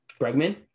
Bregman